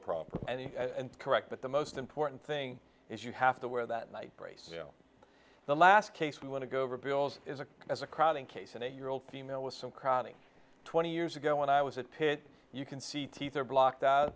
proper and correct but the most important thing is you have to wear that night brace the last case we want to go over bill's is a as a crowd in case an eight year old female with some chronic twenty years ago when i was at tate you can see teeth are blocked